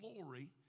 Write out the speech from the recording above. glory